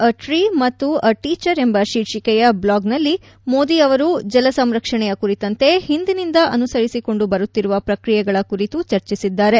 A tree ಮತ್ತು a teacher ಎಂಬ ಶೀರ್ಷಿಕೆಯ ಬ್ಲಾಗ್ ನಲ್ಲಿ ಮೋದಿ ಅವರು ಜಲ ಸಂರಕ್ಷಣೆಯ ಕುರಿತಂತೆ ಹಿಂದಿನಿಂದ ಅನುಸರಿಸಿಕೊಂಡು ಬರುತ್ತಿರುವ ಪ್ರಕ್ರಿಯೆಗಳ ಕುರಿತು ಚರ್ಚಿಸಿದ್ದಾರೆ